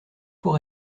tout